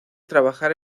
trabajar